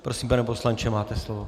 Prosím, pane poslanče, máte slovo.